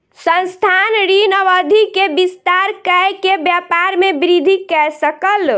संस्थान, ऋण अवधि के विस्तार कय के व्यापार में वृद्धि कय सकल